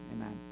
amen